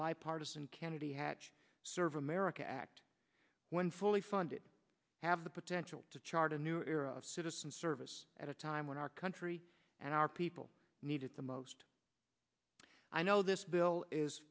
bipartisan candidates serve america act when fully funded have the potential to chart a new era of citizen service at a time when our country and our people need it the most i know this bill is